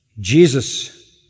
Jesus